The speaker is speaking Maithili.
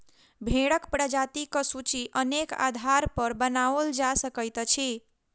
भेंड़क प्रजातिक सूची अनेक आधारपर बनाओल जा सकैत अछि